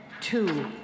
two